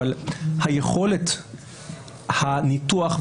אבל יכולת הניתוח,